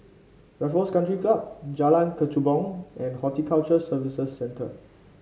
Raffles Country Club Jalan Kechubong and Horticulture Services Centre